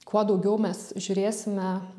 kuo daugiau mes žiūrėsime